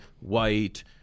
white